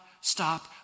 stop